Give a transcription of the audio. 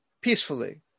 peacefully